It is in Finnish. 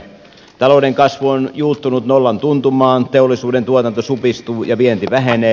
talouden kasvu on juuttunut nollan tuntumaan teollisuuden tuotanto supistuu ja vienti vähenee